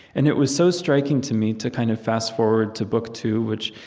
and it was so striking to me to kind of fast-forward to book two, which,